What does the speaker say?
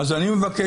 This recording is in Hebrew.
אז אני מבקש,